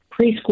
Preschool